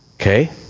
Okay